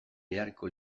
beharko